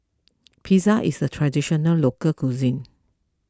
Pizza is a Traditional Local Cuisine